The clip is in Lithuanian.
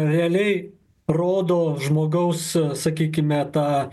realiai rodo žmogaus sakykime tą